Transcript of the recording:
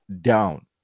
down